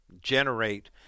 generate